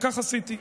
וכך עשיתי,